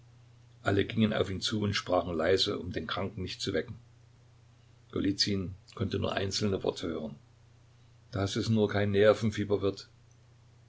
alle gingen auf ihn zu und sprachen leise um den kranken nicht zu wecken golizyn konnte nur einzelne worte hören daß es nur kein nervenfieber wird